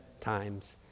times